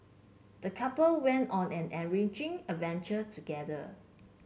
the couple went on an enriching adventure together